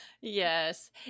Yes